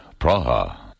Praha